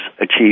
achieve